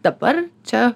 dabar čia